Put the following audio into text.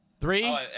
three